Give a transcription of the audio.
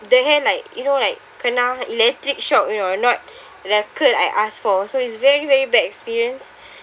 the hair like you know like kena electric shock you know not the curl I asked for so is very very bad experience